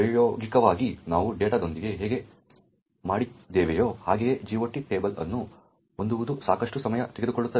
ಪ್ರಾಯೋಗಿಕವಾಗಿ ನಾವು ಡೇಟಾದೊಂದಿಗೆ ಹೇಗೆ ಮಾಡಿದ್ದೇವೆಯೋ ಹಾಗೆಯೇ GOT ಟೇಬಲ್ ಅನ್ನು ಹೊಂದುವುದು ಸಾಕಷ್ಟು ಸಮಯ ತೆಗೆದುಕೊಳ್ಳುತ್ತದೆ